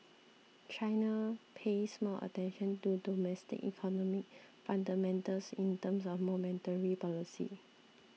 China pays more attention to domestic economy fundamentals in terms of monetary policy